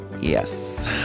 Yes